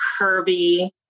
curvy